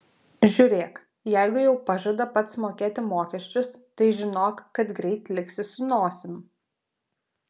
žiūrėk jeigu jau pažada pats mokėti mokesčius tai žinok kad greit liksi su nosim